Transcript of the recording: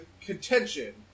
contention